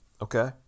Okay